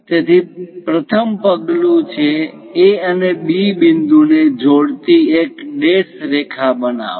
તેથી પ્રથમ પગલું છે A અને B બિંદુ ને જોડતી એક ડ્રેશ રેખા બનાવો